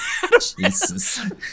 Jesus